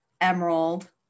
Emerald